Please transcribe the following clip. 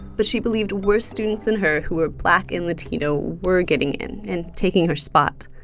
but she believed worse students than her who were black and latino were getting in, and taking her spot.